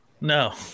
no